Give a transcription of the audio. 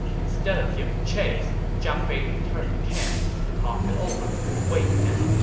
instead of giving chase, zhang fei returned to camp to talk it over with wei yan